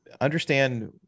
understand